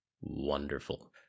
Wonderful